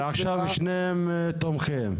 עכשיו שניהם תומכים?